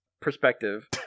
perspective